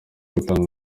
gutanga